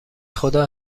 خدا